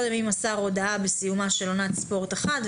אם מסר הודעה בסיומה של עונת ספורט אחת,